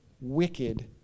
wicked